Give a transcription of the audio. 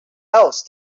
else